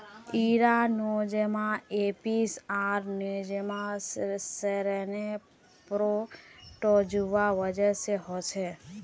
इरा Nosema apis आर Nosema ceranae protozoa वजह से होछे